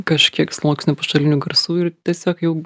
kažkiek sluoksnių pašalinių garsų ir tiesiog jau